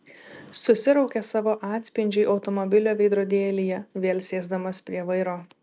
susiraukė savo atspindžiui automobilio veidrodėlyje vėl sėsdamas prie vairo